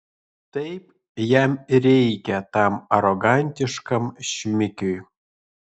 taip jam ir reikia tam arogantiškam šmikiui